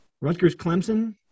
Rutgers-Clemson